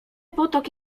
potok